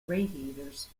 radiators